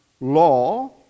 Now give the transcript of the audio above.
law